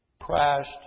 crashed